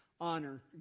honor